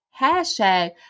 hashtag